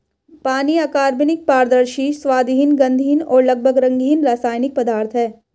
पानी अकार्बनिक, पारदर्शी, स्वादहीन, गंधहीन और लगभग रंगहीन रासायनिक पदार्थ है